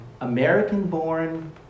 American-born